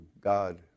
God